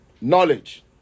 knowledge